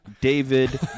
David